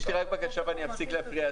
יש לי רק בקשה ואפסיק להפריע,